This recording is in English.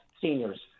seniors